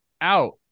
out